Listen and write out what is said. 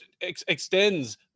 extends